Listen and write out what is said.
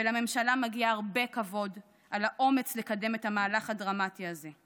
ולממשלה מגיע הרבה כבוד על האומץ לקדם את המהלך הדרמטי הזה.